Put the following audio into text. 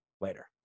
Later